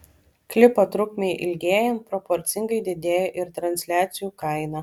klipo trukmei ilgėjant proporcingai didėja ir transliacijų kaina